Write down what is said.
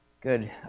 Good